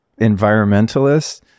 environmentalists